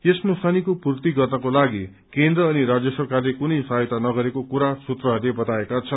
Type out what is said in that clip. यस नोक्सानीको पूर्ति गर्नको तागि केन्द्र अनि राज्य सरकारले कुनै सहायता नगरेको कुरा सूत्रहरूले बताएका छन्